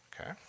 Okay